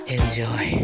enjoy